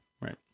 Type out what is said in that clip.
right